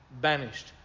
banished